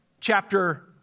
chapter